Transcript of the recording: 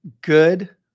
good